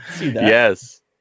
Yes